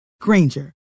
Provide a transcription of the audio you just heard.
Granger